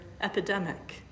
epidemic